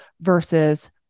versus